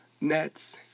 Nets